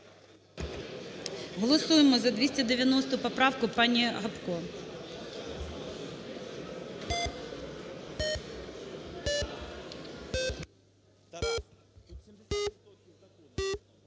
Голосуємо за 290 поправку пані Гопко.